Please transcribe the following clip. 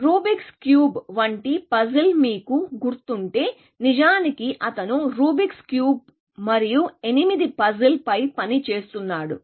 Rubik's cube వంటి puzzle మీకు గుర్తుంటే నిజానికి అతను రూబిక్స్ క్యూబ్ మరియు ఎనిమిది పజిల్స్ పై పని చేస్తున్నాడు